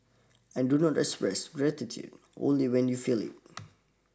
and do not express gratitude only when you feel it